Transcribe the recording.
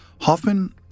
Hoffman